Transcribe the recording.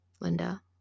linda